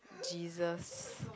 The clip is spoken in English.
jesus